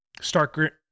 Start